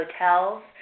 hotels